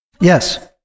Yes